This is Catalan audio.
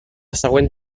següent